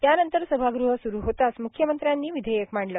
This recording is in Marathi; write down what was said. त्यानंतर सभागृह सुरू होताच म्ख्यमंत्र्यांनी विधेयक मांडलं